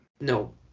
no